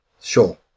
Sure